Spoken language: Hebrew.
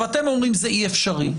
אתם אומרים: אי-אפשר.